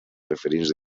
referents